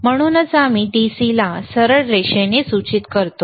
म्हणूनच आम्ही DC ला सरळ रेषेने सूचित करतो